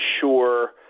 sure